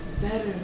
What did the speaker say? Better